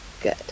Good